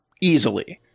easily